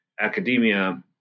academia